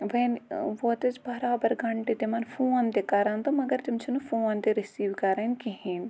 وۄنۍ ووت اَسہِ برابر گنٛٹہٕ تِمَن فون تہِ کَران تہٕ مگر تٔمۍ چھِنہٕ فون تہِ رِسیٖو کران کہیٖنۍ